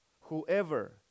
whoever